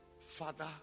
Father